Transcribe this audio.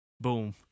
boom